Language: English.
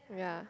yeah